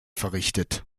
verrichtet